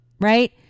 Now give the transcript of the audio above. right